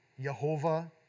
Yehovah